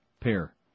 pair